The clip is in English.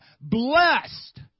Blessed